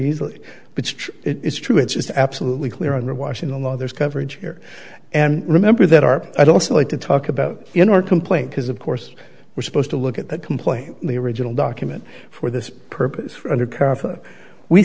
easily but it is true it's absolutely clear on the washing the law there's coverage here and remember that our i'd also like to talk about in our complaint because of course we're supposed to look at that complaint in the original document for this purpose for undercover we